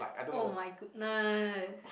[oh]-my-goodness